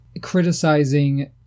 criticizing